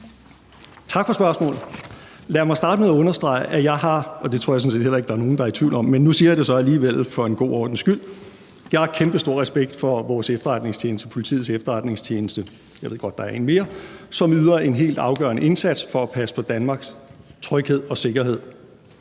Tak for spørgsmålet. Lad mig starte med at understrege, at jeg, og det tror jeg sådan set ikke der er nogen der er i tvivl om, men nu siger jeg det så alligevel for en god ordens skyld, har kæmpestor respekt for vores efterretningstjeneste, Politiets Efterretningstjeneste – jeg ved godt, at der er en mere – som yder en helt afgørende indsats for at passe på Danmarks tryghed og sikkerhed.